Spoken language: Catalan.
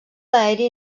aeri